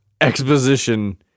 exposition